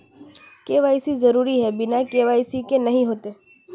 KYC जरुरी है बिना के.वाई.सी के नहीं होते?